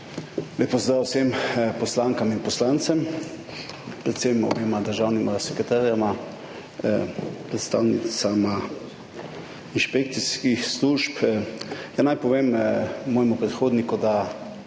Lep pozdrav vsem poslankam in poslancem, predvsem obema državnima sekretarjema, predstavnicama inšpekcijskih služb! Ja, naj povem mojemu predhodniku, da